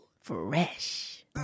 Fresh